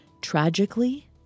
Tragically